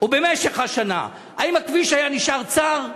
ובמשך השנה, האם הכביש היה נשאר צר?